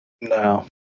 No